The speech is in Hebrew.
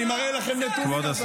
אני מראה לכם נתונים,